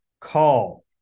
call